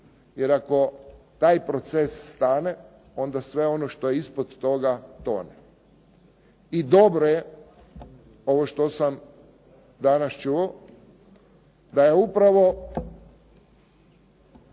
Jer ako taj proces stane, onda sve ono što je ispod toga tone. I dobro je ovo što sam danas čuo, da je upravo